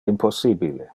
impossibile